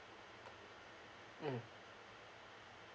mm